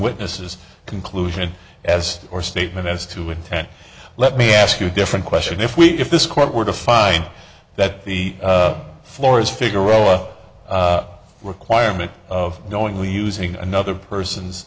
witnesses conclusion as your statement as to intent let me ask you a different question if we if this court were to find that the floors figaro a requirement of knowingly using another person's